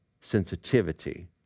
sensitivity